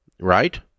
Right